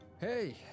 Hey